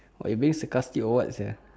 or you being sarcastic or what sia